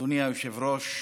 אדוני היושב-ראש,